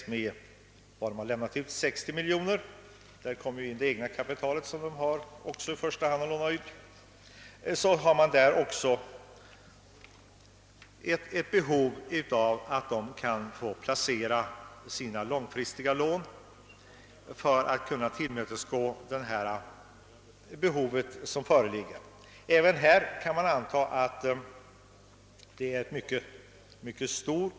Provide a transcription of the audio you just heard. Även om hänsyn tages till det egna kapital som kan lånas ut har man behov av långfristiga lån för att kunna tillfredsställa de behov som föreligger. Även här kan man anta att kön av lånesökande är mycket stor.